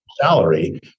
salary